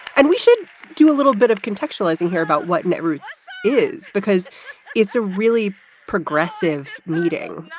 and we should do a little bit of contextualising here about what netroots is, because it's a really progressive meeting